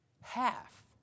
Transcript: half